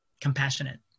compassionate